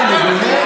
זו שמחה של מצווה.